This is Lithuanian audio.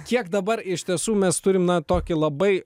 kiek dabar iš tiesų mes turim na tokį labai